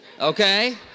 okay